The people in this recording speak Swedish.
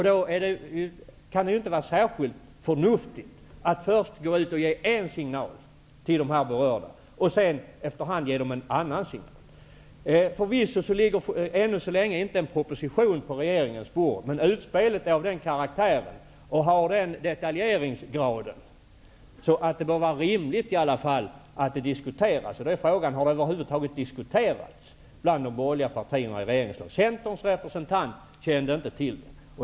Då kan det inte vara särskilt förnuftigt att först ge en signal till de berörda för att sedan ge dem en annan signal. Förvisso ligger ännu inte någon proposition på riksdagens bord. Men utspelet har den karaktären och den detaljeringsgraden att det bör vara rimligt att diskutera frågan. Har denna fråga över huvud taget diskuterats bland de borgerliga partierna? Centerpartiets representant kände inte till saken.